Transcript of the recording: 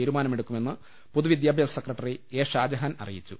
തീരുമാനമെടുക്കുമെന്ന് പൊതുവിദ്യാ ഭ്യാസ സെക്രട്ടറി എ ഷാജഹാൻ അറിയിച്ചു